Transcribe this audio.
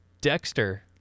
Dexter